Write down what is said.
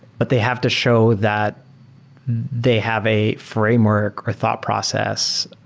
but they have to show that they have a framework, or thought process,